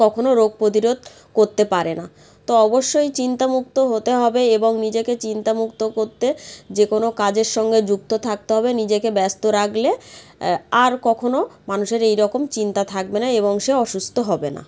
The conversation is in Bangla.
কখনো রোগ প্রতিরোধ করতে পারে না তো অবশ্যই চিন্তা মুক্ত হতে হবে এবং নিজেকে চিন্তা মুক্ত করতে যে কোনো কাজের সঙ্গে যুক্ত থাকতে হবে নিজেকে ব্যস্ত রাখলে আর কখনো মানুষের এই রকম চিন্তা থাকবে না এবং সে অসুস্থ হবে না